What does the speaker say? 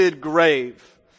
grave